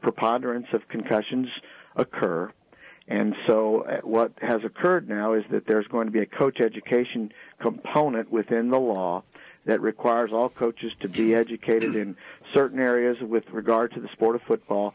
preponderance of concussions occur and so what has occurred now is that there's going to be a coach education component within the law that requires all coaches to be educated in certain areas with regard to the sport of football